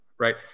Right